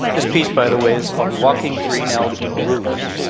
this piece, by the way, is called walking green algae blues.